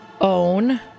Own